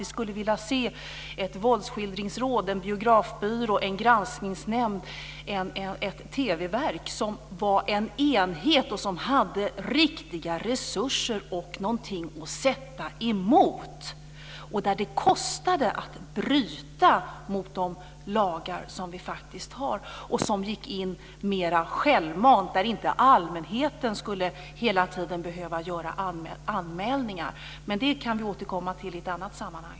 Vi skulle vilja se ett våldsskildringsråd, en biografbyrå, en granskningsnämnd, ett TV-verk som var en enhet och som hade riktiga resurser och någonting att sätta emot - det skulle kosta att bryta mot de lagar som vi faktiskt har - och som gick in mera självmant, så att inte allmänheten hela tiden skulle behöva göra anmälningar. Men det kan vi återkomma till i ett annat sammanhang.